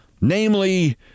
namely